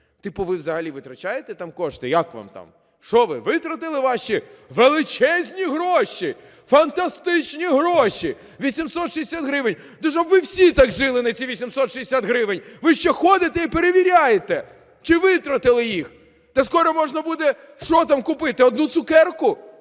Типу, ви взагалі витрачаєте там кошти, як вам там, що ви витратили ваші величезні гроші, фантастичні гроші – 860 гривень? Та щоб ви всі так жили на ці 860 гривень, ви ще ходите і перевіряєте, чи витратили їх. Та скоро можна буде, що там купити, одну цукерку